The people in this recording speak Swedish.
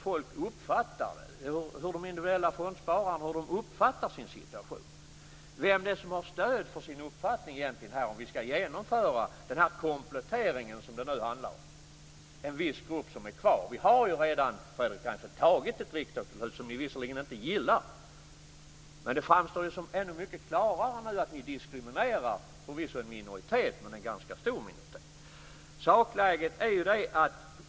Hur uppfattar de individuella fondspararna sin situation? Vem är det egentligen som har stöd för sin uppfattning när det gäller frågan om vi skall genomföra den här kompletteringen, som det nu handlar om? Det gäller en viss grupp som är kvar. Vi har ju redan fattat ett riksdagsbeslut, Fredrik Reinfeldt, även om ni inte gillar det. Men det framstår ju ännu klarare nu att ni diskriminerar en minoritet. Det är förvisso en minoritet men en ganska stor.